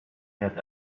had